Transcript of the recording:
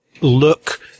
look